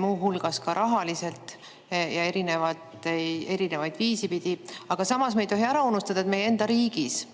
muu hulgas ka rahaliselt ja erinevaid viise pidi. Aga samas me ei tohi ära unustada, et meie enda riigis